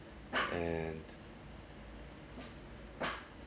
and